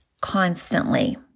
constantly